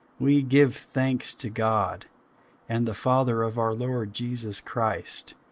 we give thanks to god and the father of our lord jesus christ,